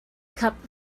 cup